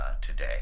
today